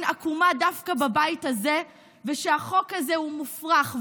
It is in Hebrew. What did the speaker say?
עקומה דווקא בבית הזה ושהחוק הזה הוא מופרך.